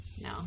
No